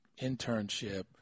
internship